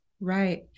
right